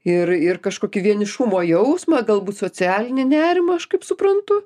ir ir kažkokį vienišumo jausmą galbūt socialinį nerimą aš kaip suprantu